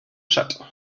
tschad